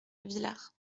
villars